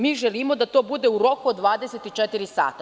Mi želimo da to bude u roku od 24 sata.